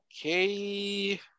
Okay